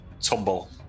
tumble